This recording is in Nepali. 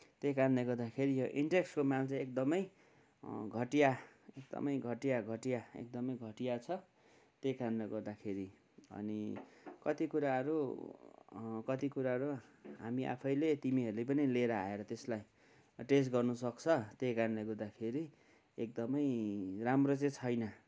त्यही कारणले गर्दाखेरि यो इन्टेक्सको माल चाहिँ एकदमै घटिया एकदमै घटिया घटिया एकदमै घटिया छ त्यही कारणले गर्दाखेरि अनि कति कुराहरू कति कुराहरू हामी आफैले तिमीहरूले पनि लिएर आएर त्यसलाई टेस्ट गर्नुसक्छ त्यही कारणले गर्दाखेरि एकदमै राम्रो चाहिँ छैन